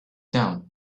down